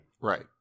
Right